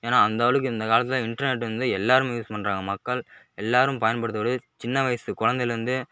ஏன்னா அந்த அளவுக்கு இந்த காலத்தில் இன்டர்நெட் வந்து எல்லாருமே யூஸ் பண்ணுறாங்க மக்கள் எல்லாரும் பயன்படுத்த கூடிய சின்ன வயசு குழந்தையில இருந்து